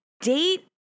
date